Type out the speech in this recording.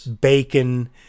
bacon